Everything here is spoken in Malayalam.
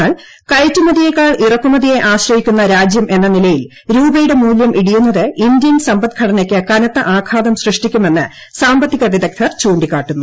എന്നാൽ കയറ്റുമതിയെക്കാൾ ഇറക്കുമതിയെ ആശ്രയിക്കുന്ന രാജ്യം എന്ന നിലയിൽ രൂപയുടെ മൂല്യം ഇടിയുന്നത് ഇന്തൃൻ സമ്പദ് ഘടനയ്ക്ക് കനത്ത ആഘാതം സൃഷ്ടിക്കുമെന്ന് സാമ്പത്തിക വിദഗ്ദ്ധർ ചൂണ്ടിക്കാട്ടുന്നു